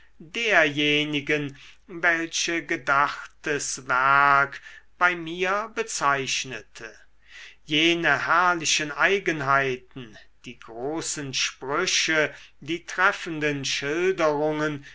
derjenigen welche gedachtes werk bei mir bezeichnete jene herrlichen eigenheiten die großen sprüche die treffenden schilderungen